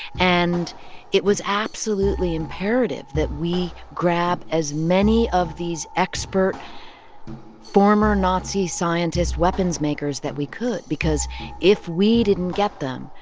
and it was absolutely imperative that we grab as many of these expert former nazi scientist weapons makers that we could because if we didn't get them,